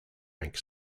rank